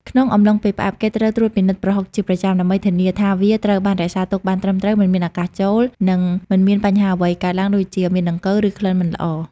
ក្នុងអំឡុងពេលផ្អាប់ គេត្រូវត្រួតពិនិត្យប្រហុកជាប្រចាំ ដើម្បីធានាថាវាត្រូវបានរក្សាទុកបានត្រឹមត្រូវ មិនមានអាកាសចូល និងមិនមានបញ្ហាអ្វីកើតឡើង ដូចជា មានដង្កូវ ឬក្លិនមិនល្អ។